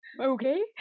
Okay